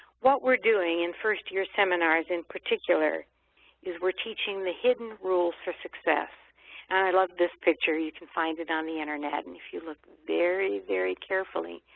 what we're doing in first-year seminars in particular is we're teaching the hidden rules for success and i love this picture. you can find it on the internet and if you look very, very carefully,